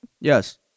yes